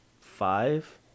five